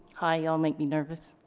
hi, y'all make me nervous.